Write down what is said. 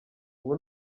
ubu